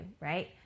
right